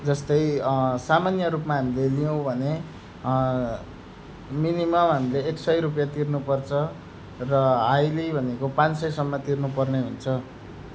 जस्तै सामान्य रूपमा हामीले लियौँ भने मिनिमम हामीले एक सय रुपियाँ तिर्नुपर्छ र हाइली भनेको पाँच सयसम्म तिर्नुपर्ने हुन्छ